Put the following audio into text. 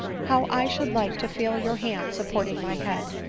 how i should like to feel your hand supporting my head,